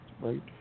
right